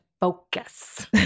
focus